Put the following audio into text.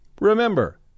remember